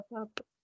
up